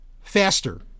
faster